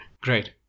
great